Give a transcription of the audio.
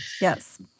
yes